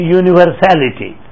universality